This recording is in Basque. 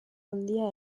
handia